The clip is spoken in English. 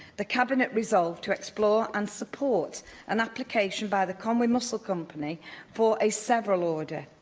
the cabinet resolved to explore and support an application by the conwy mussels company for a several order.